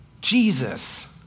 Jesus